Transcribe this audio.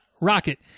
rocket